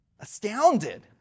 Astounded